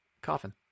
coffin